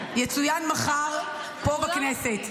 שיצוין מחר פה בכנסת.